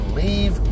leave